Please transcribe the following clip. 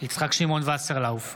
יצחק שמעון וסרלאוף,